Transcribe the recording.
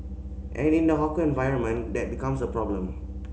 and in the hawker environment that becomes a problem